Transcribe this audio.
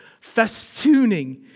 Festooning